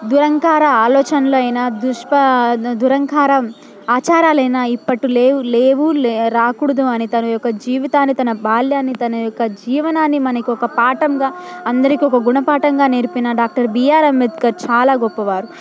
దురంకార ఆలోచనలైనా దుష్పా దురహంకారం ఆచారాలైనా ఇప్పుడు లేవు లేవు లే రాకూడదు అని తన యొక్క జీవితాన్ని తన యొక్క బాల్యాన్ని తన యొక్క జీవనాన్ని మనకి ఒక పాఠంగా అందరికీ ఒక గుణపాఠంగా నేర్పిన డాక్టర్ బీఆర్ అంబేద్కర్ చాలా గొప్పవారు